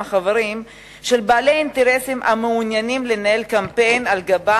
חברים של בעלי אינטרסים המעוניינים לנהל קמפיין על גבה,